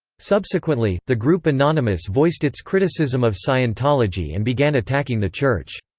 subsequently, the group anonymous voiced its criticism of scientology and began attacking the church.